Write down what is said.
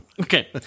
okay